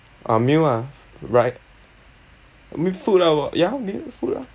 uh meal ah right I mean food ah ya meal food ah